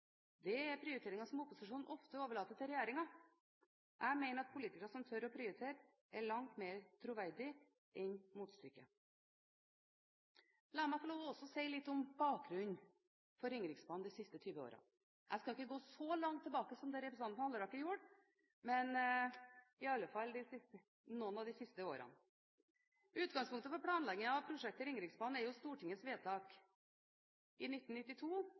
Det er prioriteringer som opposisjonen ofte overlater til regjeringen. Jeg mener at politikere som tør å prioritere, er langt mer troverdige enn motstykket. La meg også få si litt om bakgrunnen for Ringeriksbanen de siste 20 årene. Jeg skal ikke gå så langt tilbake som representanten Halleraker gjorde, men i alle fall noen av de siste årene. Utgangspunktet for planleggingen av prosjektet Ringeriksbanen er jo Stortingets vedtak i 1992